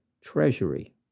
treasury